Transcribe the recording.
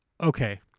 okay